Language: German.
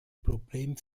problem